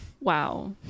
Wow